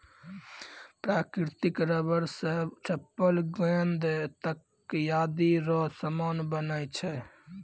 प्राकृतिक रबर से चप्पल गेंद तकयादी रो समान बनै छै